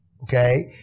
Okay